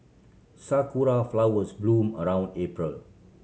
sakura flowers bloom around April